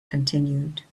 continued